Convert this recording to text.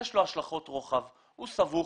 יש לו השלכות רוחב והוא סבוך.